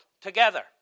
together